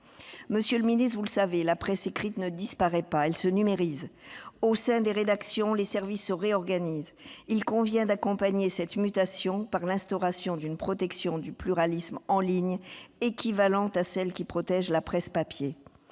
Monsieur le ministre, vous le savez : la presse écrite ne disparaît pas ; elle se numérise. Au sein des rédactions, les services se réorganisent. Il convient d'accompagner cette mutation par l'instauration d'une protection du pluralisme en ligne, équivalente à celle qui protège la presse papier.